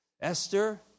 Esther